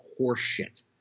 horseshit